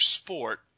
sport